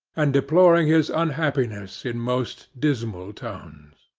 and deploring his unhappiness in most dismal tones.